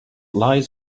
lies